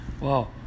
Wow